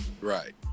Right